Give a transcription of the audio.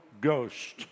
Ghost